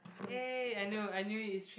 !yay! I knew I knew it's three